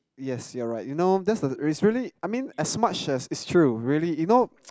yes you are right you know that's the it's really I mean as much as it's true really you know